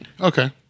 Okay